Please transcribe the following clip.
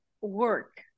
work